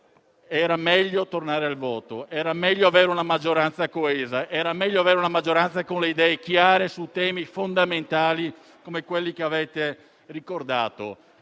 meglio tornare al voto, avere una maggioranza coesa, una maggioranza con le idee chiare su temi fondamentali come quelli che avete ricordato.